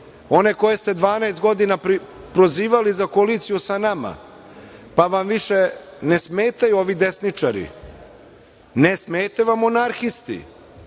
one koje ste 12 godina prozivali za koaliciju sa nama, pa vam više ne smetaju ovi desničari. Ne smetaju vam monarhisti,